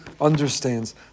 understands